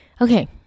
Okay